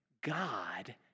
God